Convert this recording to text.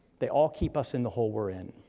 they all keep us in the hole we're in,